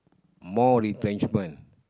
more retrenchment